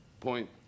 point